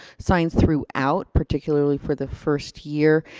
signs throughout, particularly for the first year.